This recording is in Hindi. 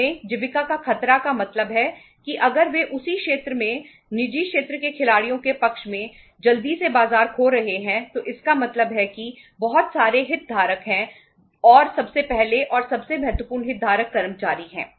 इसमें जीविका का खतरा का मतलब है कि अगर वे उसी क्षेत्र में निजी क्षेत्र के खिलाड़ियों के पक्ष में जल्दी से बाजार खो रहे हैं तो इसका मतलब है कि बहुत सारे हितधारक हैं और सबसे पहले और सबसे महत्वपूर्ण हितधारक कर्मचारी हैं